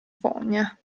fogna